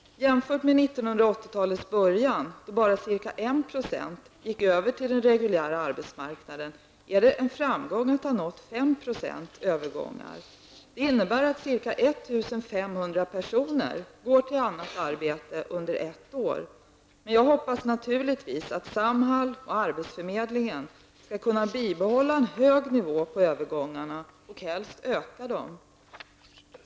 Jämfört med 1980-talets början, då bara ca 1 % gick över till den reguljära arbetsmarknaden är det en framgång att ha nått 5 % övergångar. Det innebär att ca 1 500 personer går till annat arbete under ett år. Men jag hoppas naturligtvis att Samhall och arbetsförmedlingen skall kunna bibehålla en hög nivå på övergångarna och helst öka dem.